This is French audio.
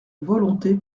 volonté